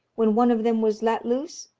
when one of them was let loose,